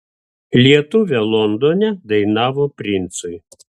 lietuvė londone dainavo princui